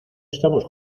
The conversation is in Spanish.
estamos